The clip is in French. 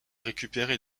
récupéré